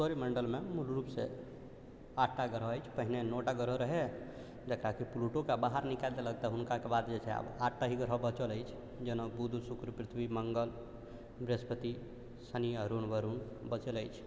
सौर मण्डल मे मूल रूपसे आठटा ग्रह अछि पहिले नओटा रहै जेकरा कि प्लूटोके बाहर निकालि देलक तऽ हुनकाके बाद जे छै आब आठटा ही ग्रह बचल अछि जेना बुध शुक्र पृथ्वी मङ्गल बृहस्पति शनि अरुण वरुण बचल अछि